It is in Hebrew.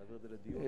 להעביר את זה לדיון?